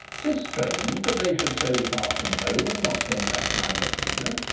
tis strange that they should so depart from home, and not send back my messenger.